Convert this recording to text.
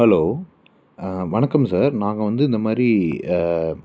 hello வணக்கம் sir நாங்கள் வந்து இந்த மாதிரி